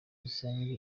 rusange